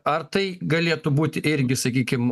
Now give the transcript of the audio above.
ar tai galėtų būt irgi sakykim